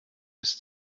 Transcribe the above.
ist